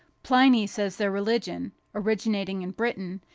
pliny says their religion, originating in britain,